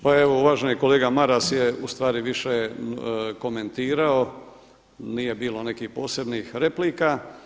Pa evo uvaženi kolega Maras je u stvari više komentirao, nije bilo nekih posebnih replika.